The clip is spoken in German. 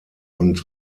und